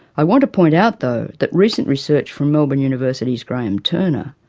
i want to point out, though, that recent research from melbourne university's graham turner,